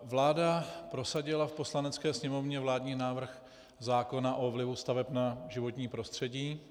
Vláda prosadila v Poslanecké sněmovně vládní návrh zákona o vlivu staveb na životní prostředí.